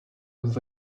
was